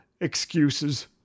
Excuses